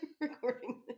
recording